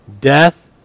Death